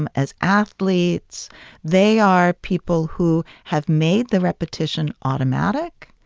um as athletes they are people who have made the repetition automatic,